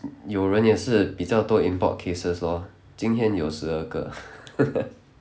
有人也是比较多 import cases lor 今天有十二个